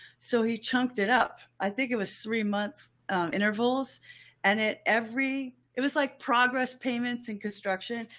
so he chunked it up. i think it was three months intervals and it every, it was like progress payments and construction,